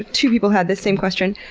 ah two people had the same question.